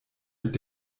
mit